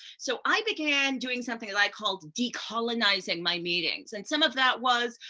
so i began doing something that i called decolonizing my meetings. and some of that was,